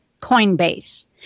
Coinbase